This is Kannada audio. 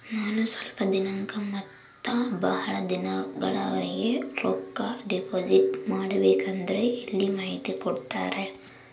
ನಾನು ಸ್ವಲ್ಪ ದಿನಕ್ಕ ಮತ್ತ ಬಹಳ ದಿನಗಳವರೆಗೆ ರೊಕ್ಕ ಡಿಪಾಸಿಟ್ ಮಾಡಬೇಕಂದ್ರ ಎಲ್ಲಿ ಮಾಹಿತಿ ಕೊಡ್ತೇರಾ?